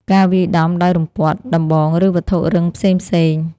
ការវាយដំដោយរំពាត់ ដំបង ឬវត្ថុរឹងផ្សេងៗ។